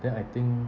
then I think